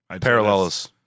Parallels